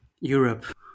Europe